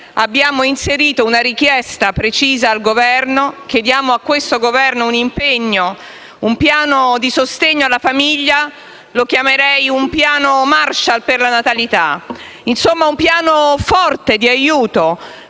abbiamo inserito una richiesta precisa al Governo. Chiediamo a questo Governo un impegno, un piano di sostegno alla famiglia che definirei un piano Marshall per la natalità. Insomma, un piano forte e di aiuto,